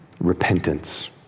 Repentance